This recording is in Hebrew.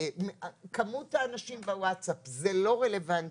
כמות האנשים בווטסאפ, זה לא רלוונטי,